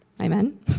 Amen